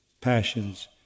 passions